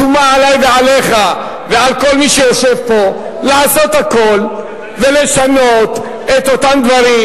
שומה עלי ועליך ועל כל מי שיושב פה לעשות הכול ולשנות את אותם דברים,